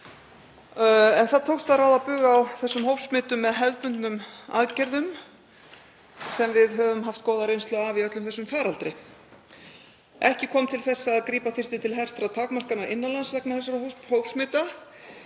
en það tókst að ráða bug á þessum hópsmitum með hefðbundnum aðgerðum sem við höfum haft góða reynslu af í öllum faraldrinum. Ekki kom til þess að grípa þyrfti til hertra takmarkana innan lands vegna þessara hópsmita